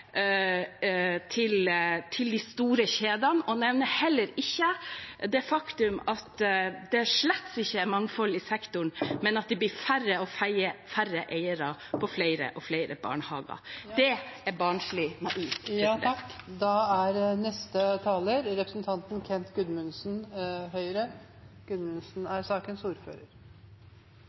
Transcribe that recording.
til de store kjedene. Og han nevner heller ikke det faktum at det slett ikke er mangfold i sektoren, men at det blir færre og færre eiere og flere og flere barnehager. Det er barnslig naivt. Jeg tror det er på sin plass å gjøre representanten Fagerås oppmerksom på at i 2018, som er